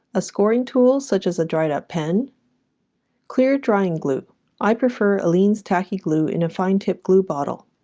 a scoring tool such as a dried up pen clear drying glue i prefer aleene's tacky glue in a fine tip glue bottle